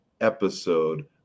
episode